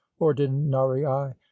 ordinarii